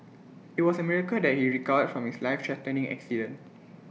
IT was A miracle that he recovered from his lifethreatening accident